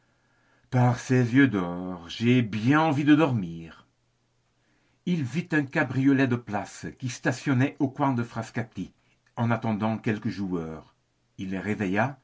par ses yeux d'or j'ai bien envie de dormir il vit un cabriolet de place qui stationnait au coin de frascati en attendant quelques joueurs il le réveilla